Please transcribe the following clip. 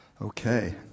Okay